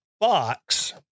box